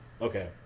Okay